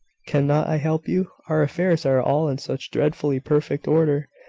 cannot i help you? our affairs are all in such dreadfully perfect order,